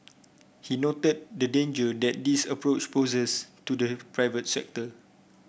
he noted the danger that this approach poses to the private sector